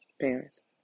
parents